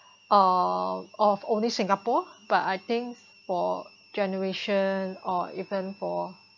uh of only singapore but I think for generation or even for